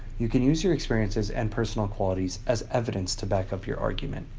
you can use your experiences and personal qualities as evidence to back up your argument.